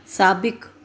साबिक़ु